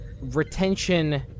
retention